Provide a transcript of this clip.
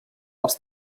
els